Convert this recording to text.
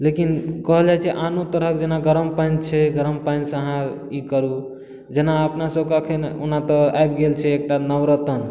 लेकिन कहल जाइ छै आनो तरहक जेना गरम पानि छै गरम पानि सऽ अहाँ ई करू जेना अपना सबके अखन ओना तऽ आबि गेल छै एकटा नवरत्न